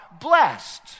blessed